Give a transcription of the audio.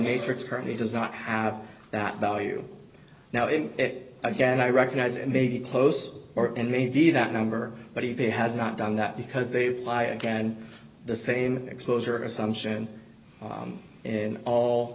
matrix currently does not have that value now is it again i recognize it may be close or and maybe that number but he has not done that because they lie again and the same exposure assumption in all